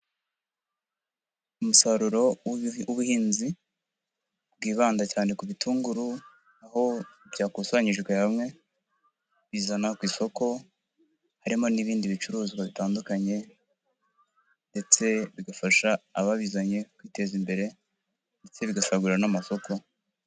Umusaruro w'ubuhinzi bwibanda cyane ku bitunguru aho byakusanyijwe hamwe bizana ku isoko harimo n'ibindi bicuruzwa bitandukanye ndetse bigafasha ababizanye kwiteza imbere ndetse bigasagura n'amasoko.